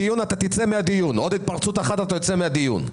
עוד התפרצות אחת אתה יוצא מהדיון.